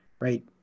right